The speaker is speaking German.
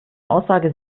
aussage